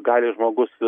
gali žmogus